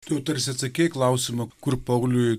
tu tarsi atsakei į klausimą kur pauliui